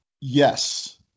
Yes